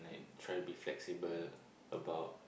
try to be flexible about